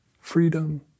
freedom